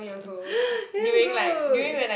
damn good